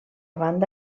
banda